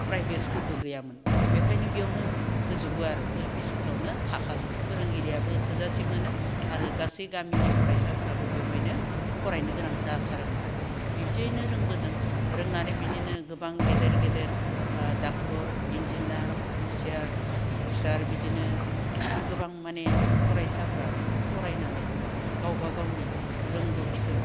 private स्कुलबो गैयामोन बेखायनो बेयावनो होजुबो आरो एलपि स्कुलावनो थाखाजुबो फोरोंगिरियाबो थोजासे मोनो आरो गासै गामिनि फरायसाफोराबो बेवहायनो फरायनो गोनां जाथारोमोन आरो बिब्दियैनो रोंबोदों रोंनानै बिदिनो गोबां गेदेर गेदेर ड'क्टर इन्जिनार अफिसार अफिसार बिदिनो गोबां माने फरायसाफोरा फरायनानै गावबा गावनि रोंगौथिखो